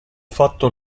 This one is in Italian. fatto